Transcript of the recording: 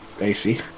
AC